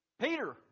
Peter